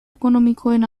ekonomikoen